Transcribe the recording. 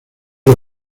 del